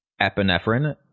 epinephrine